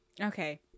Okay